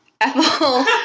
Ethel